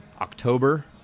October